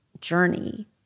journey